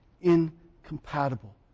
incompatible